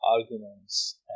arguments